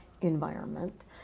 environment